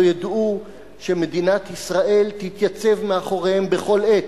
ידעו שמדינת ישראל תתייצב מאחוריהם בכל עת,